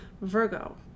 Virgo